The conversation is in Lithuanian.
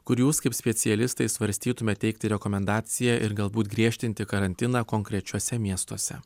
kur jūs kaip specialistai svarstytumėt teikti rekomendaciją ir galbūt griežtinti karantiną konkrečiuose miestuose